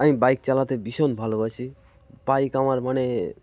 আমি বাইক চালাতে ভীষণ ভালোবাসি বাইক আমার মানে